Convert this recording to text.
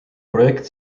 projekt